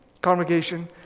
congregation